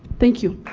thank you